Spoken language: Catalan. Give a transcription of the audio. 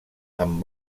amb